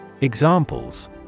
Examples